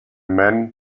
men